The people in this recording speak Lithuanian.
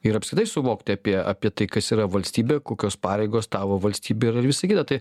ir apskritai suvokti apie apie tai kas yra valstybė kokios pareigos tavo valstybėj yra ir visa kita tai